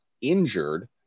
injured